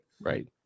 Right